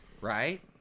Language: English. Right